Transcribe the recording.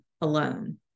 alone